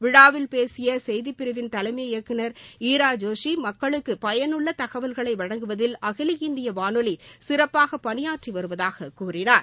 விழாவில் பேசிய செய்திப்பிரிவின் தலைமை இயக்குநர் ஈரா ஜோஷி மக்களுக்கு பயனுள்ள தகவல்களை வழங்குவதில் அகில இந்திய வானொலி சிறப்பாக பணியாற்றி வருவதாக கூறினார்